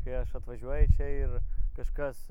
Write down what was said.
kai aš atvažiuoju čia ir kažkas